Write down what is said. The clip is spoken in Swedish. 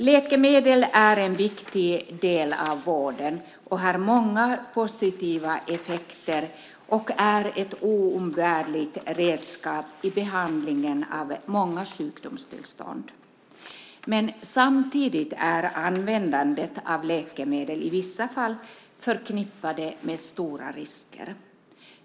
Läkemedel är en viktig del av vården, har många positiva effekter och är ett oumbärligt redskap i behandlingen av många sjukdomstillstånd. Men samtidigt är användandet av läkemedel i vissa fall förknippat med stora risker.